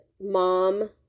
mom